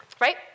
right